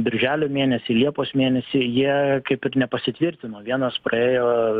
birželio mėnesį liepos mėnesį jie kaip ir nepasitvirtino vienos praėjo